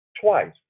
twice